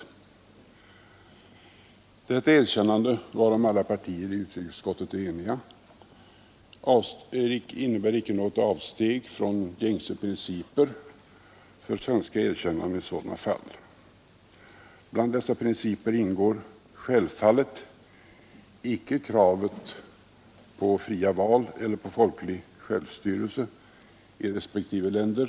och upprättande av diplomatiska förbindelser med Tyska demokratiska republiken Nr 132 Detta erkännande, varom alla partier i utrikesutskottet har varit eniga, Onsdagen den innebär icke något avsteg från gängse principer för svenskt erkännande i 6 december 1972 sådana fall. Bland de principerna ingår självfallet icke kravet på fria val sme — eller på folklig självstyrelse i respektive länder.